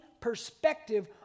perspective